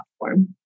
platform